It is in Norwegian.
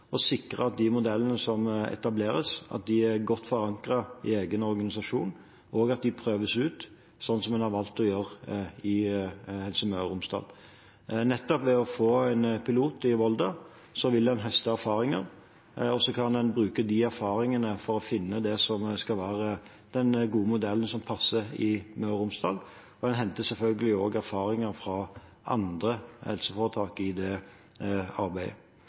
å sikre at de modellene som etableres, er godt forankret i egen organisasjon, og at de prøves ut, slik som en har valgt å gjøre i Helse Møre og Romsdal. Nettopp ved å få en pilot i Volda vil en høste erfaringer, og så kan en bruke de erfaringene for å finne det som skal være den gode modellen som passer i Møre og Romsdal. En henter selvfølgelig også erfaringer fra andre helseforetak i det arbeidet.